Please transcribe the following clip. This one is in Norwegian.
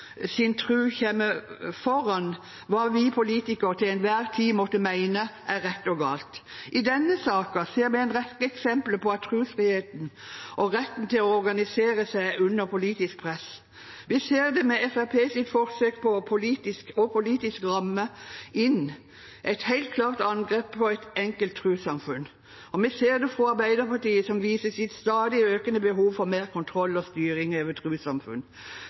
sin tro kommer foran hva vi politikere til enhver tid måtte mene er rett og galt. I denne saken ser vi en rekke eksempler på at trosfriheten og retten til å organisere seg er under politisk press. Vi ser det med Fremskrittspartiets forsøk på politisk å ramme inn et helt klart angrep på et enkelt trossamfunn, og vi ser det på Arbeiderpartiet, som viser sitt stadig økende behov for mer kontroll og styring over